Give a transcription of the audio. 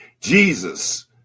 Jesus